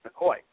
McCoy